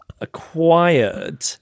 acquired